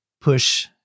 push